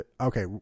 Okay